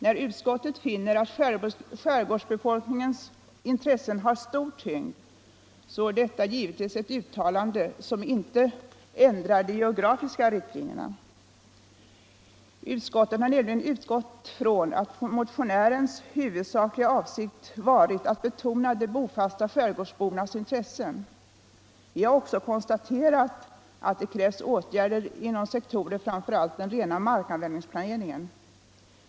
När utskottet finner att skärgårdsbefolkningens intressen har stor tyngd är detta givetvis ett uttalande som inte ändrar de geografiska riktlinjerna. Utskottet har nämligen utgått från att motionärens huvudsakliga avsikt varit att betona de bofasta skärgårdsbornas intressen. Vi har också konstaterat att det krävs åtgärder inom sektorer framför allt utanför den rena markanvändningsplaneringen.